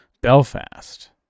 Belfast